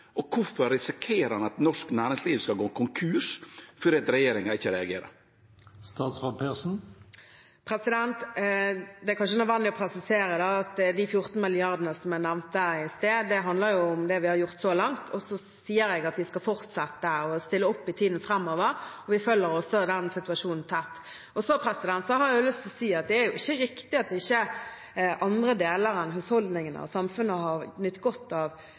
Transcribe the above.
Og kvifor risikerer ein at norsk næringsliv skal gå konkurs fordi regjeringa ikkje reagerer? Det er kanskje nødvendig å presisere at de 14 mrd. kr som jeg nevnte i sted, handler om det vi har gjort så langt. Og så sier jeg at vi skal fortsette med å stille opp i tiden framover, vi følger også den situasjonen tett. Så har jeg lyst til å si at det ikke er riktig at ikke andre deler av samfunnet enn husholdningene har nytt godt av noen av de godene vi har gitt, og noen av